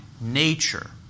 nature